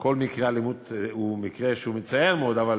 כל מקרה אלימות הוא מקרה מצער מאוד, אבל